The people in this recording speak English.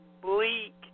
bleak